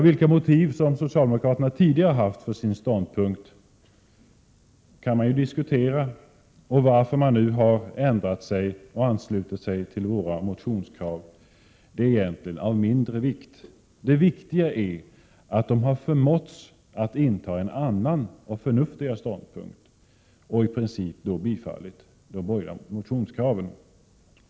Vilka motiv socialdemokraterna tidigare har haft för sin ståndpunkt kan man diskutera. Varför de nu har ändrat sig och anslutit sig till våra motionskrav är egentligen av mindre vikt. Det viktiga är att de förmåtts att inta en annan och förnuftigare ståndpunkt och i princip tillstyrkt de borgerliga motionskraven.